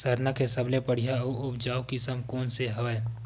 सरना के सबले बढ़िया आऊ उपजाऊ किसम कोन से हवय?